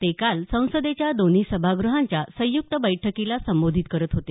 ते काल संसदेच्या दोन्ही सभाग़हांच्या संयुक्त बैठकीला संबोधित करत होते